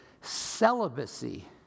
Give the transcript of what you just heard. celibacy